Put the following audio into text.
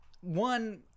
one